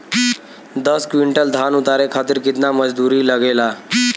दस क्विंटल धान उतारे खातिर कितना मजदूरी लगे ला?